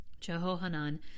Jehohanan